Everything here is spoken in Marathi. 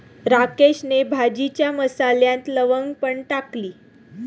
राकेशने भाजीच्या मसाल्यात लवंग पण टाकली